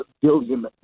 billion